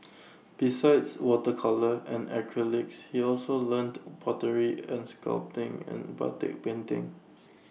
besides water colour and acrylics he also learnt pottery and sculpting and batik painting